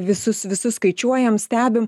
visus visus skaičiuojam stebim